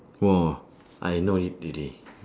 !wah! I know it already